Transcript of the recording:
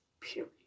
period